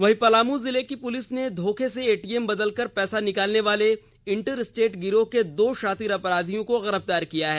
इधर पलामू जिले की पुलिस र्न धोखे से एटीएम बदलकर पैसा निकालने वाले इंटर स्टेट गिरोह के दो शातिर अपराधियों को गिरफ्तार किया गया है